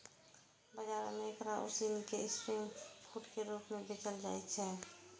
बाजार मे एकरा उसिन कें स्ट्रीट फूड के रूप मे बेचल जाइ छै